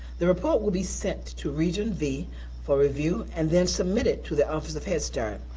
the report will be sent to region v for review and then submitted to the office of head start.